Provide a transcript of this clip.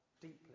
deeply